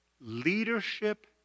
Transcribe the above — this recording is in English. Leadership